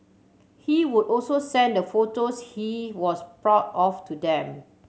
he would also send the photos he was proud of to them